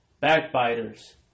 backbiters